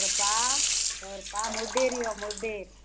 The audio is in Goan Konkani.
व्हरपा व्हरपा मोड्डेर यो मोड्डेर